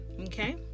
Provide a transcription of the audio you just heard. Okay